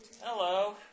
Hello